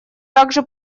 также